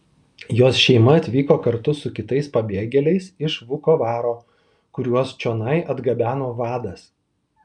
jos šeima atvyko kartu su kitais pabėgėliais iš vukovaro kuriuos čionai atgabeno vadas